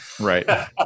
Right